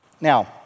Now